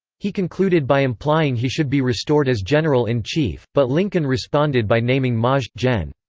he concluded by implying he should be restored as general-in-chief, but lincoln responded by naming maj. gen.